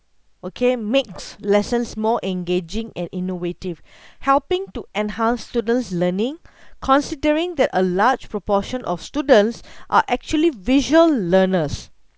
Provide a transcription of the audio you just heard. okay makes lessons more engaging and innovative helping to enhance students' learning considering that a large proportion of students are actually visual learners